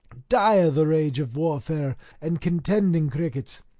dire the rage of warfare and contending crickets,